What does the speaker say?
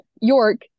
York